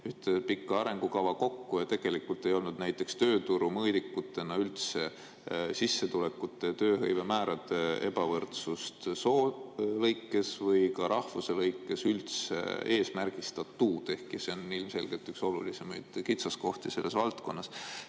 pikka arengukava kokku ja tegelikult ei olnud näiteks tööturu mõõdikutena üldse sissetulekute ja tööhõive määrade ebavõrdsust soo lõikes või ka rahvuse lõikes üldse eesmärgistatud, ehkki see on ilmselgelt üks olulisemaid kitsaskohti selles valdkonnas.